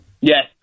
Yes